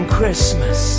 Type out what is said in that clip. Christmas